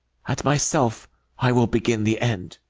at my self i will begin the end.